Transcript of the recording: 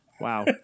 Wow